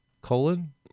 colon